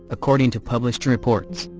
according to published reports.